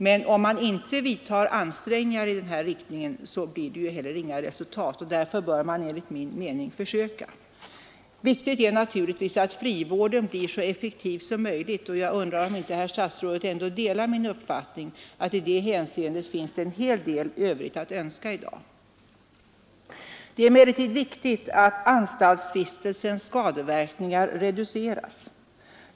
Men om man inte gör några ansträngningar i den här riktningen blir det heller inga resultat. Därför bör man enligt min mening försöka. Viktigt är naturligtvis att frivården blir så effektiv som möjligt, och jag undrar om inte herr statsrådet ändå delar min uppfattning, att det finns en hel del övrigt att önska i det hänseendet i dag. Det är emellertid viktigt att anstaltsvistelsens skadeverkningar reduceras.